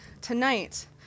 tonight